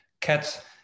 cats